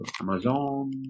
Amazon